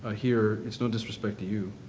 ah here it's no disrespect to you,